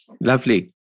lovely